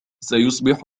سيصبح